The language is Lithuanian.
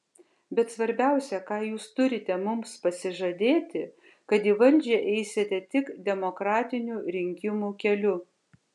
bet svarbiausia ką jūs turite mums pasižadėti kad į valdžią eisite tik demokratinių rinkimų keliu